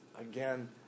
Again